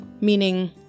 meaning